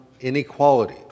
inequality